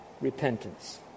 repentance